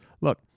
Look